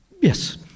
Yes